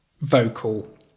vocal